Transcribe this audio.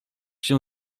się